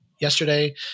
yesterday